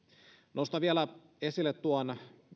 nostan vielä esille tuon